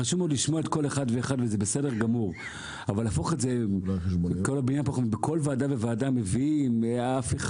חשוב לשמוע כל אחד ואחד אבל בכל ועדה אומרים הפיכה,